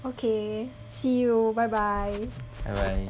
okay see you bye bye